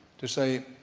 to say,